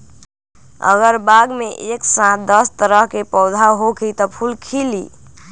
अगर बाग मे एक साथ दस तरह के पौधा होखि त का फुल खिली?